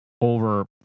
over